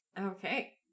Okay